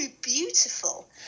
beautiful